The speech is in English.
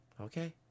Okay